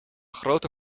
grote